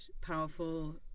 powerful